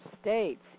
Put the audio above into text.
states